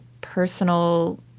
personal